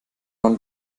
man